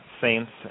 saints